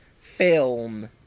film